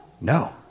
No